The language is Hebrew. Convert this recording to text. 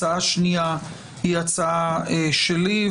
הצעה שנייה היא הצעה שלי,